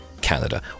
Canada